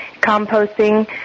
composting